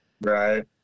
Right